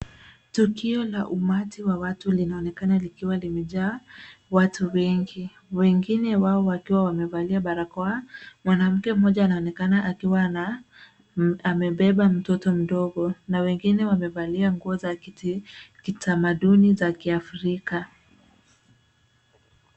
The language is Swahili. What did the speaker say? Tukio la umati wa watu linaonekana likiwa limejaa watu wengi, wengine wao wakiwa wamevalia barakoa. Mwanamke mmoja anaonekana akiwa amebeba mtoto mdogo, na wengine wamevalia nguo za kitamaduni za kiAfrika.